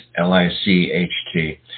L-I-C-H-T